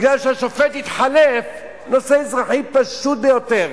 מכיוון שהשופט התחלף, נושא אזרחי פשוט ביותר,